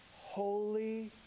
holy